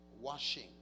washing